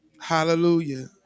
Hallelujah